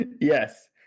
Yes